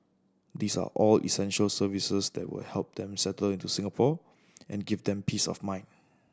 these are all essential services that will help them settle into Singapore and give them peace of mind